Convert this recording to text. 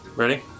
Ready